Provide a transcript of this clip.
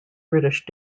british